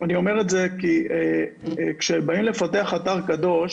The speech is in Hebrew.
אני אומר את זה כי כשבאים לפתח אתר קדוש,